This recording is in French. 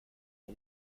mon